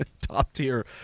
top-tier